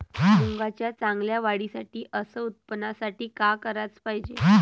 मुंगाच्या चांगल्या वाढीसाठी अस उत्पन्नासाठी का कराच पायजे?